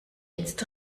jetzt